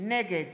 נגד